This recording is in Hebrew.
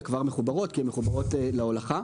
כבר מחוברות כי הן מחוברות בהולכה.